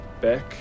back